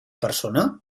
persona